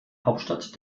hauptstadt